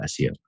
SEO